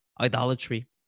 idolatry